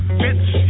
bitch